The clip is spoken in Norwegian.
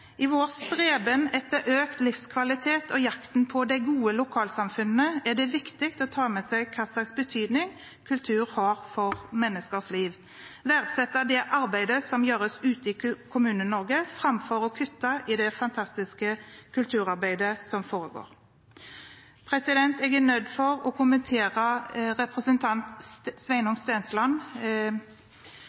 I vår streben etter økt livskvalitet og i jakten på de gode lokalsamfunnene er det viktig å ta med seg hvilken betydning kultur har for menneskers liv – og verdsette det arbeidet som gjøres ute i Kommune-Norge framfor å kutte i det fantastiske kulturarbeidet som foregår. Jeg er nødt til å kommentere representanten Sveinung Stensland.